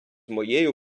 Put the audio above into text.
моєю